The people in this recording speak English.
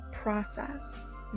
process